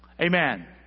Amen